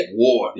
war